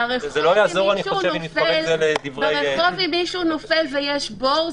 ברחוב, אם מישהו נופל ויש בור,